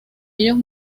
ellos